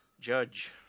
Judge